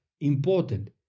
important